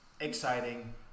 exciting